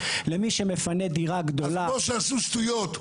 למי שמפנה דירה גדולה --- אז כמו שעשו שטויות,